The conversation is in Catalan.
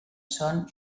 son